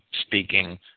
speaking